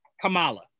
Kamala